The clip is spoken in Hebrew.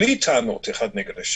בלי טענות אחד נגד השני,